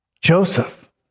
Joseph